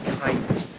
kindness